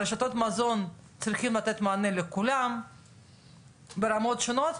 רשתות המזון צריכות לתת מענה לכולם ברמות השונות,